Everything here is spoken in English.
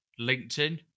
LinkedIn